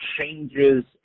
changes